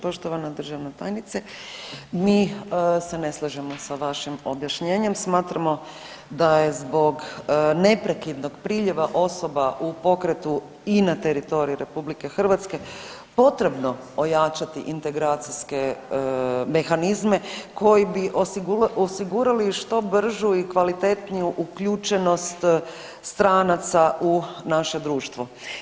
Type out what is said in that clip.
Poštovana državna tajnice, mi se ne slažemo sa vašim objašnjenjem, smatramo da je zbog neprekidnog priljeva osoba u pokretu i na teritoriju RH potrebno ojačati integracijske mehanizme koji bi osigurali što bržu i kvalitetniju uključenost stranaca u naše društvo.